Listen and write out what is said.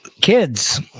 kids